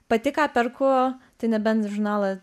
pati ką perku tai nebent žurnalą